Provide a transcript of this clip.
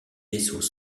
vaisseaux